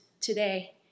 today